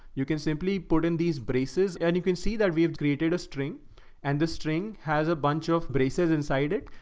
you can simply put in these braces and you can see that we've created a string and the string has a bunch of braces inside it.